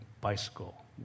bicycle